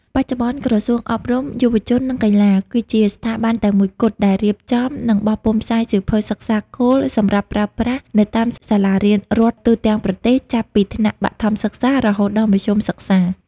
បច្ចុប្បន្ន ក្រសួងអប់រំ យុវជន និងកីឡា គឺជាស្ថាប័នតែមួយគត់ដែលរៀបចំ និងបោះពុម្ពផ្សាយសៀវភៅសិក្សាគោលសម្រាប់ប្រើប្រាស់នៅតាមសាលារៀនរដ្ឋទូទាំងប្រទេស ចាប់ពីថ្នាក់បឋមសិក្សារហូតដល់មធ្យមសិក្សា។